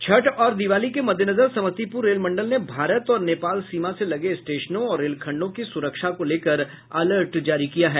छठ और दिवाली के मद्देनजर समस्तीपुर रेल मंडल ने भारत और नेपाल सीमा से लगे स्टेशनों और रेलखंडों की सुरक्षा को लेकर अलर्ट जारी किया है